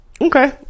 Okay